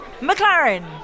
McLaren